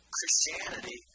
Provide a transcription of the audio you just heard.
Christianity